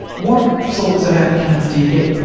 what sorts of outcomes do you get?